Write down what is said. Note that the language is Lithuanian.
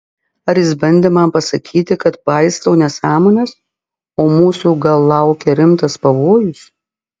ar jis bandė man pasakyti kad paistau nesąmones o mūsų gal laukia rimtas pavojus